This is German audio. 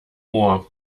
ohr